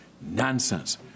Nonsense